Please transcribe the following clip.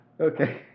Okay